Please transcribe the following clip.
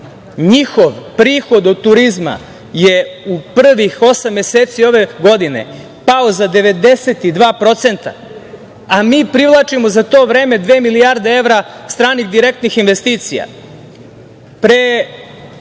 njihov prihod od turizma je u prvih osam meseci ove godine pao za 92%, a mi privlačimo za to vreme dve milijarde evra stranih direktnih investicija. Pre